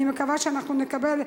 אני מקווה שאנחנו נקבל.